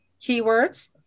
keywords